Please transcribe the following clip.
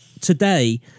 today